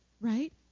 right